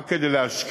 רק כדי להשקיע,